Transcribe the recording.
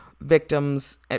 victims